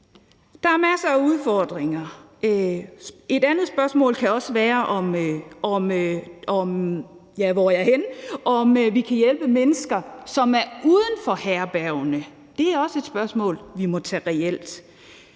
Der er masser af udfordringer. Et andet spørgsmål kan også være, om vi kan hjælpe mennesker, som er uden for herbergerne. Det er også et spørgsmål, vi må tage